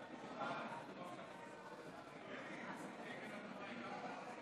חברי הכנסת, חברי הכנסת,